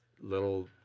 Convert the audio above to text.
little